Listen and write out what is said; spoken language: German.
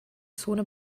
zone